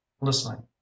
listening